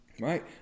Right